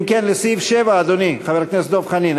אם כן, לסעיף 7, אדוני, חבר הכנסת דב חנין?